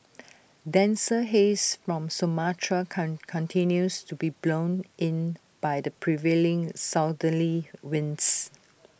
denser haze from Sumatra continues to be blown in by the prevailing southerly winds